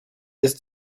ist